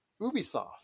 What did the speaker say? Ubisoft